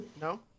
no